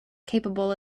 capable